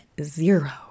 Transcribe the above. zero